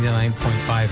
99.5